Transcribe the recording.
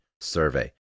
survey